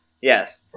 Yes